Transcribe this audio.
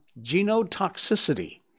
genotoxicity